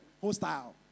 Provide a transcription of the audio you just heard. Hostile